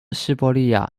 西伯利亚